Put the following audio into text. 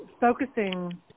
focusing